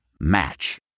Match